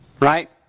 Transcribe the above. Right